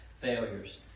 failures